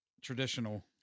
traditional